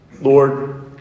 Lord